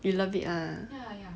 you love it ah